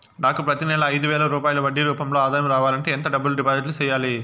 నాకు ప్రతి నెల ఐదు వేల రూపాయలు వడ్డీ రూపం లో ఆదాయం రావాలంటే ఎంత డబ్బులు డిపాజిట్లు సెయ్యాలి?